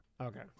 Okay